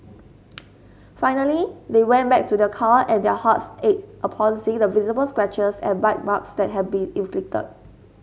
finally they went back to their car and their hearts ached upon seeing the visible scratches and bite marks that had been inflicted